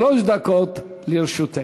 שלוש דקות לרשותך.